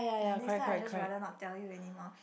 like next time I just rather not tell you anymore